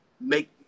make